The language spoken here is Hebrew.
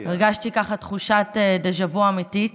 הרגשתי תחושת דז'ה וו אמיתית.